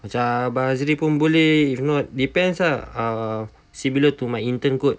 macam abang azri pun boleh if not depends ah uh similar to my intern kot